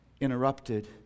interrupted